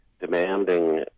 demanding